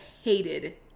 hated